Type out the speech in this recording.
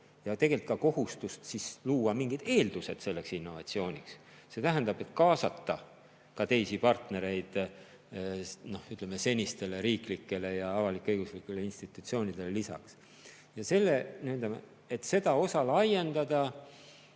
ja tegelikult ka kohustust luua mingid eeldused selleks innovatsiooniks. See tähendab, et tuleb kaasata ka teisi partnereid senistele riiklikele ja avalik-õiguslikele institutsioonidele lisaks. Et seda osa laiendada,